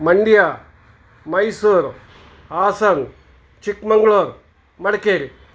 Mandya Mysuru Hassan Chikkamagaluru Madikeri